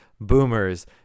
Boomers